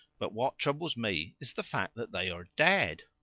but what troubles me is the fact that they are dead.